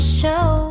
show